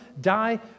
die